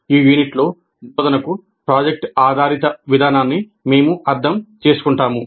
ఈ యూనిట్లో బోధనకు ప్రాజెక్ట్ ఆధారిత విధానాన్ని మేము అర్థం చేసుకుంటాము